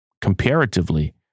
comparatively